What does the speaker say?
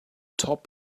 top